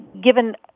given